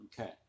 Okay